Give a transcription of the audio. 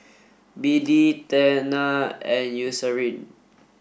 B D Tena and Eucerin